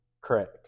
Correct